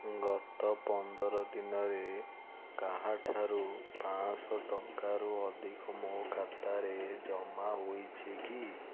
ଗତ ପନ୍ଦର ଦିନରେ କାହାଠାରୁ ପାଞ୍ଚଶହ ଟଙ୍କାରୁ ଅଧିକ ମୋ ଖାତାରେ ଜମା ହୋଇଛି କି